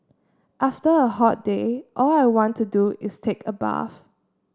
after a hot day all I want to do is take a bath